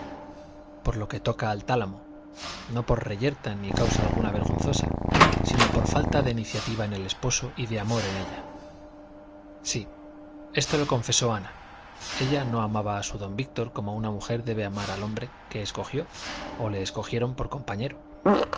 por lo que toca al tálamo no por reyerta ni causa alguna vergonzosa sino por falta de iniciativa en el esposo y de amor en ella sí esto lo confesó ana ella no amaba a su don víctor como una mujer debe amar al hombre que escogió o le escogieron por compañero